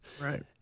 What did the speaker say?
Right